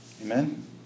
Amen